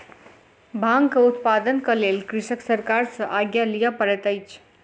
भांगक उत्पादनक लेल कृषक सरकार सॅ आज्ञा लिअ पड़ैत अछि